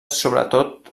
sobretot